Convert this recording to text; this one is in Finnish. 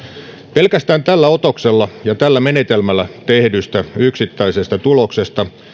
pelkästään tällä otoksella ja tällä menetelmällä tehdystä yksittäisestä tuloksesta